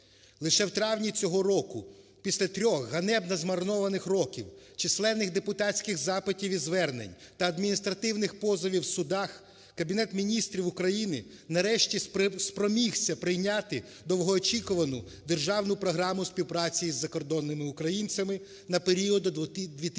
Лише у травні цього року, після трьох ганебно змарнованих років, численних депутатських запитів і звернень та адміністративних позовів у судах, Кабінет Міністрів України нарешті спромігся прийняти довгоочікувану Державну програму співпраці із закордонними українцями на період до 2020